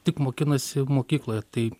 tik mokinasi mokykloje tai